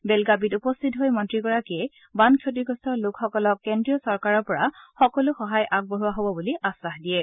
বেলগাবিত উপস্থিত হৈ মন্ত্ৰীগৰাকীয়ে বান ক্ষতিগ্ৰস্ত লোকসকলক কেন্দ্ৰীয় চৰকাৰৰ পৰা সকলো সহায় আগবঢ়োৱা হ'ব বুলি আশ্বাস দিয়ে